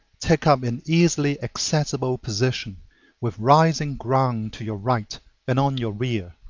take up an easily accessible position with rising ground to your right and on your rear,